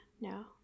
no